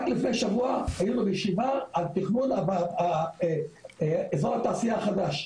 רק לפני שבוע היינו בישיבה, אזור התעשייה החדש,